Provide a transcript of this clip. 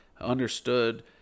understood